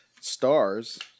stars